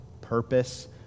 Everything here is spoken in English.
purpose